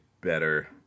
better